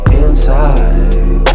inside